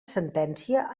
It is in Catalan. sentència